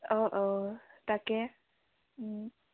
অঁ অঁ তাকে